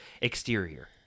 Exterior